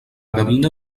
gavina